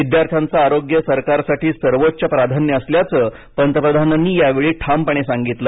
विद्यार्थ्यांचं आरोग्य सरकारसाठी सर्वोच्च प्राधान्य असल्याचं पंतप्रधानांनी यावेळी ठामपणे सांगितले